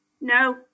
No